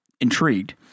intrigued